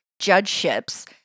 judgeships